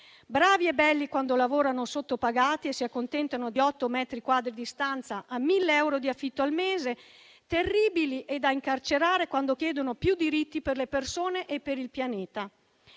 bravi e belli quando lavorano sottopagati e si accontentano di otto metri quadri di stanza a 1.000 euro di affitto al mese; terribili e da incarcerare quando chiedono più diritti per le persone e per il pianeta.